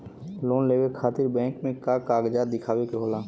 Loan लेवे खातिर bank मे का कागजात दिखावे के होला?